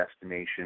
destination